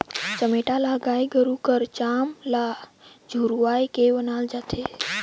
चमेटा ल गाय गरू कर चाम ल झुरवाए के बनाल जाथे